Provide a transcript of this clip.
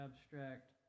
abstract